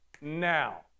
now